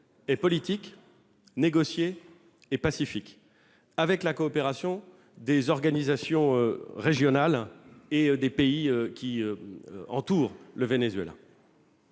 est politique, négociée et pacifique. Il y faudra la coopération des organisations régionales et des pays voisins du Venezuela.